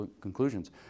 conclusions